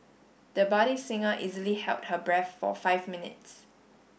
the budding singer easily held her breath for five minutes